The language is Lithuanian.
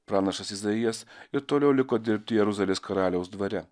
pranašas izaijas ir toliau liko dirbti jeruzalės karaliaus dvare